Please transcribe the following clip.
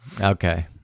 okay